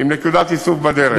עם נקודת איסוף בדרך.